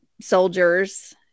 soldiers